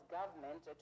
government